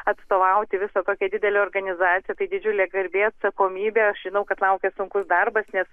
atstovauti visą kokią didelę organizaciją tai didžiulė garbė atsakomybė aš žinau kad laukia sunkus darbas nes